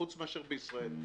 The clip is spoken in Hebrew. חוץ מאשר בישראל.